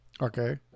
Okay